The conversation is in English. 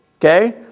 okay